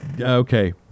Okay